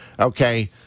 okay